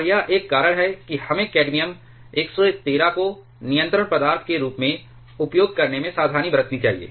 और यह एक कारण है कि हमें कैडमियम 113 को नियंत्रण पदार्थ के रूप में उपयोग करने में सावधानी बरतनी चाहिए